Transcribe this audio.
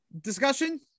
discussion